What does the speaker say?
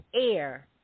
air